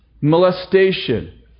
molestation